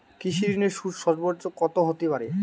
কৃষিঋণের সুদ সর্বোচ্চ কত হতে পারে?